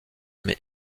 mais